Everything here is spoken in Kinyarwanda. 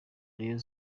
rayon